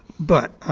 but,